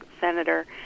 senator